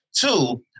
Two